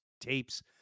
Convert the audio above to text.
tapes